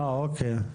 אוקיי,